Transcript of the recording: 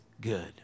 good